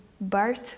Bart